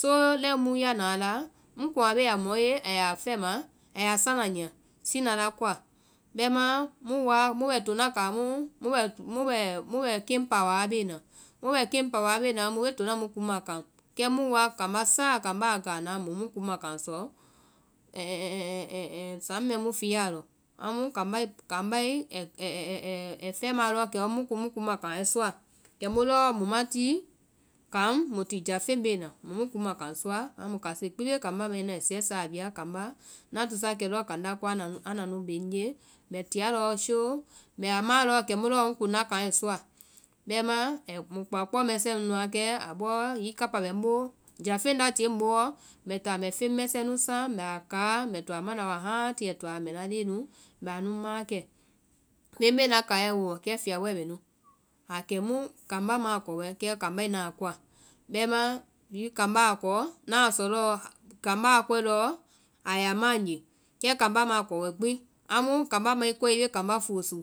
Soo lɛi mu ya na a la, mu kuŋ a be ya mɔ ye a yaa fɛma, a yaa sana nyia sina la woa, bɛmaã mu woa mu bɛ tona kaŋ mu mu bɛ keŋ pawaa wa bee na, mu bɛ keŋ pawa bee na, mu bee tona mu kuŋma keŋ, kɛ mu woa kambá saaɔ kambá a ganaa, mu mu kuŋma kaŋ sɔ saŋ mɛɛ mu fiiya a lɔ. Amu kambá ai fɛma lɔɔ kɛ mu mu kuŋ lɔɔ mu kuŋma kaŋɛ sɔa. Kɛmu lɔɔ mu ma ti kaŋ mu bɔ jáfeŋ beea. mu mu kuŋma kaŋ sɔa. amu kase gbi bee kambá mai kambá, mbɛ sɛɛsaa a bhii a kambá, ŋna tusakɛ kaŋ koe anda nu bee ŋnye, mbɛ tia lɔɔ sure, mbɛ a mai lɔɔ kɛmu lɔɔ ŋ kuŋ ŋna kaŋɛ sɔa. bɛmaã muĩ kpao kpao mɛɛ nu nu wa kɛ, abɔɔ hiŋi kapa bɛ ŋboo, jáfeŋ la tia ŋbooɔ mbɛ táa mbɛ feŋ mɛsɛɛ nu saŋ mbɛ a kaa, mbɛ to a mana wa haaŋli ai toa lɔ mbɛ ŋna leŋɛ nu mbɛ a nu maãkɛ. feŋ bee ŋna kaiɛ boo kɛ fiyabɔɛ bɛ nu, a kɛmu kambá ma a kɔwɛ, kɛ kambá i naã a kɔa, kambá a kɔe a yɛ ŋ kɔa. Bɛmaã hiŋi kambá a kɔɔ ŋna sɔ lɔɔ, hiŋi kambá a kɔ, ŋna a sɔɔ lɔ, hiŋi kambȧ a kɔ, a yaa maã ŋ nye. kɛ kambá ma a kɔ wɛ gbi, amu kambá ma i kɔe i bee kambá fosúu.